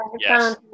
yes